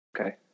Okay